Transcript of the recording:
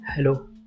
Hello